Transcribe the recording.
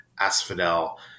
asphodel